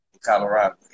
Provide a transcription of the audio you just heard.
Colorado